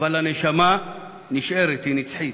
אבל הנשמה נשארת, היא נצחית,